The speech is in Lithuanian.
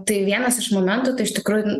tai vienas iš momentų kai iš tikrųjų